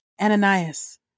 Ananias